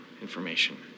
information